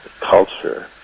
culture